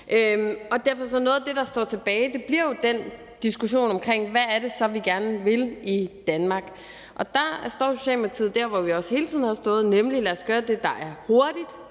Derfor bliver noget af det, der står tilbage, jo den diskussion om, hvad det så er, vi gerne vil i Danmark. Og der står Socialdemokratiet der, hvor vi hele tiden har stået, nemlig hvor vi siger: Lad os gøre det, der er hurtigst